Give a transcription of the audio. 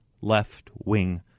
left-wing